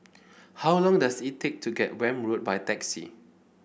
how long does it take to get Welm Road by taxi